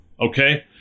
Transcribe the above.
okay